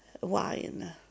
wine